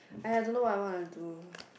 !aiya! don't know what I what to do